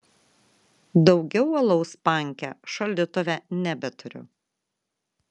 daugiau alaus panke šaldytuve nebeturiu